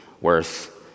worth